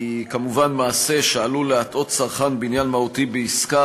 היא כמובן מעשה שעשוי להטעות צרכן בעניין מהותי בעסקה,